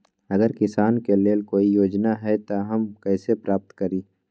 अगर किसान के लेल कोई योजना है त हम कईसे प्राप्त करी?